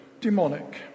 demonic